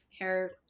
hair